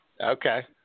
okay